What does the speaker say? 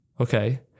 Okay